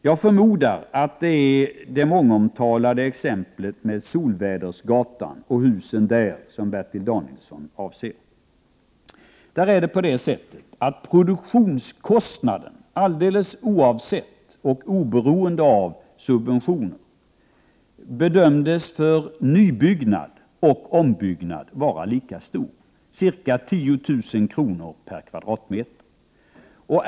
Jag förmodar att det är det mångomtalade exemplet Solvädersgatan och husen där som Bertil Danielsson avser. När det gäller dessa hus bedömdes produktionskostnaden, alldeles oavsett subventionerna, vara lika stor för nybyggnad och ombyggnad, dvs. ca 10 000 kr. per m?.